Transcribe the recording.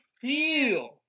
feel